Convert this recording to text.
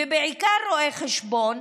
ובעיקר רואי חשבון,